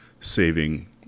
saving